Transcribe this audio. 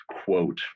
quote